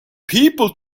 people